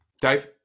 Dave